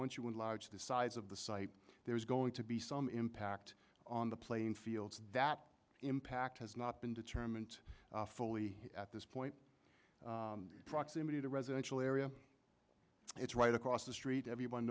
once you win large the size of the site there's going to be some impact on the playing fields that impact has not been determined fully at this point proximity to residential area it's right across the street everyone